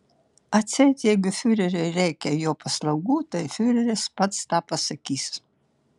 atseit jeigu fiureriui reikia jo paslaugų tai fiureris pats tą pasakys